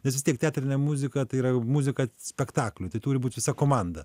nes vistiek teatrinė muzika tai yra jau muzika spektakliui tai turi būt visa komanda